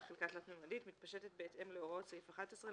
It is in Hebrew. חלקה תלת־ממדית מתפשטת בהתאם להוראות סעיף 11,